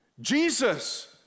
Jesus